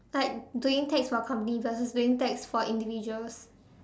like doing tax for company versus doing tax for individuals